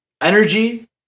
energy